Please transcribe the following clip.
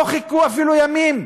לא חיכו אפילו ימים,